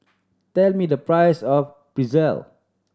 tell me the price of Pretzel